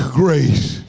grace